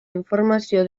informazio